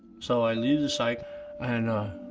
so i leave the psych and